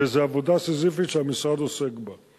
וזו עבודה סיזיפית שהמשרד עוסק בה.